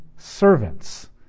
servants